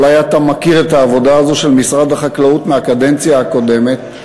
אולי אתה מכיר את העבודה הזאת של משרד החקלאות מהקדנציה הקודמת,